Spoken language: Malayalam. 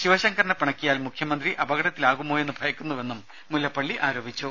ശിവശങ്കറിനെ പിണക്കിയാൽ മുഖ്യമന്ത്രി അപകടത്തിലാകുമോയെന്ന് ഭയക്കുന്നുവെന്നും മുല്ലപ്പള്ളി ആരോപിച്ചു